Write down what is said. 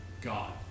God